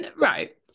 right